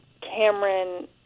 Cameron